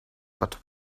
but